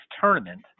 tournament